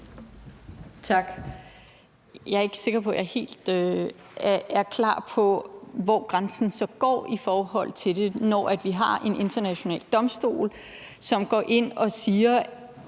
Tak. Jeg er ikke sikker på, at jeg er helt klar på, hvor grænsen så går i forhold til det, når vi har en international domstol, som går ind og siger,